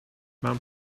mam